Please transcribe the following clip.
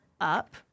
up